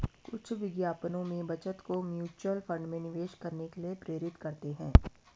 कुछ विज्ञापनों में बचत को म्यूचुअल फंड में निवेश करने के लिए प्रेरित करते हैं